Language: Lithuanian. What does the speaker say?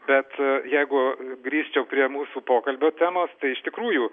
bet jeigu grįžčiau prie mūsų pokalbio temos tai iš tikrųjų